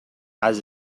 has